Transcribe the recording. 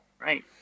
Right